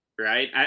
right